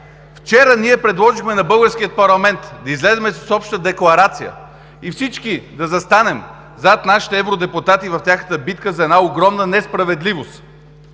Вчера ние предложихме на българския парламент да излезем с обща декларация и всички да застанем зад нашите евродепутати в тяхната битка за една огромна несправедливост.